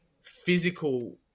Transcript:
physical